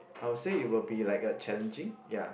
I would say it will be like a challenging ya